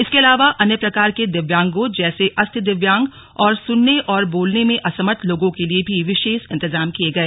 इसके अलावा अन्य प्रकार के दिव्यांगों जैसे अस्थि दिव्यांग और सुनने और बोलने में असमर्थ लोगों के लिए भी विशेष इंतजाम किए गए